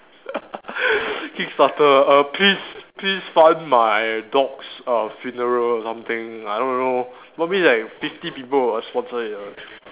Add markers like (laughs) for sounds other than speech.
(laughs) kickstarter err please please fund my dog's err funeral or something I don't know probably like fifty people will sponsor it ah